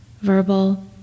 verbal